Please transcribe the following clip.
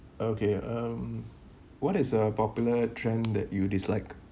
okay um what is a popular trend that you dislike